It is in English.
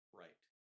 right